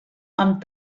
amb